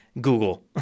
Google